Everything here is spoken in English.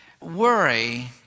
Worry